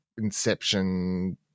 inception